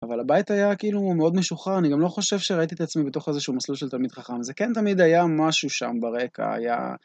אבל הבית היה כאילו מאוד משוחרר, אני גם לא חושב שראיתי את עצמי בתוך איזשהו מסלול של תלמיד חכם. זה כן תמיד היה משהו שם ברקע, היה...